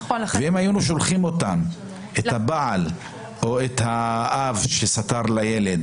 אם היינו שולחים את הבעל או את האב שסטר לילד,